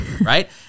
right